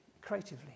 Creatively